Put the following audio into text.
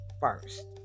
first